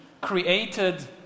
created